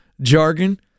Jargon